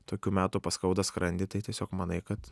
tokių metų paskauda skrandį tai tiesiog manai kad